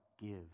give